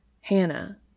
Hannah